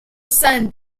sun